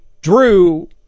drew